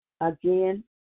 Again